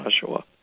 Joshua